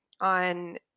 on